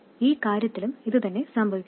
ഈ കാര്യത്തിലും ഇതുതന്നെ സംഭവിക്കുന്നു